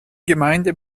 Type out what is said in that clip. gemeinde